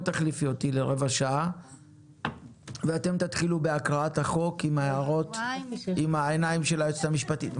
אתם תתחילו בהקראת החוק עם העיניים של היועצת המשפטית.